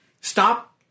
stop